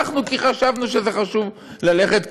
הלכנו כי חשבנו שזה חשוב ללכת.